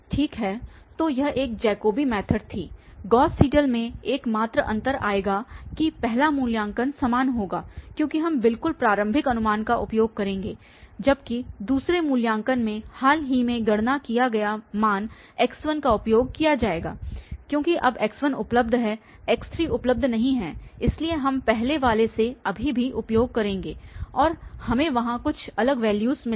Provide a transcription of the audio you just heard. ठीक है तो यह एक जैकोबी मैथड थी गॉस सीडल में कमात्र अंतर आएगा कि पहला मूल्यांकन समान होगा क्योंकि हम बिल्कुल प्रारंभिक अनुमान का उपयोग करेंगे जबकि दूसरे मूल्यांकन में हाल ही में गणना किया गया मान x1 का उपयोग किया जाएगा क्योंकि अब x1 उपलब्ध है x3 उपलब्ध नहीं है इसलिए हम पहले वाले से अभी भी उपयोग करेंगे और हमें वहां कुछ अलग वैल्यू मिलेगा